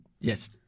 yes